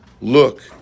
Look